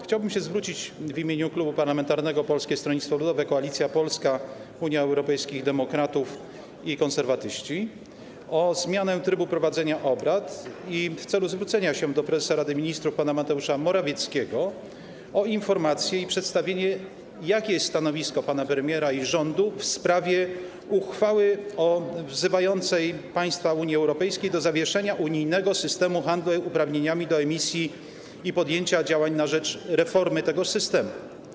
Chciałbym się zwrócić w imieniu Klubu Parlamentarnego Koalicja Polska - Polskie Stronnictwo Ludowe, Unia Europejskich Demokratów, Konserwatyści o zmianę trybu prowadzenia obrad w celu zwrócenia się do prezesa Rady Ministrów pana Mateusza Morawieckiego o przedstawienie informacji, jakie jest stanowisko pana premiera i rządu w sprawie uchwały wzywającej państwa Unii Europejskiej do zawieszenia unijnego systemu handlu uprawnieniami do emisji i podjęcia działań na rzecz reformy tego systemu.